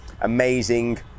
amazing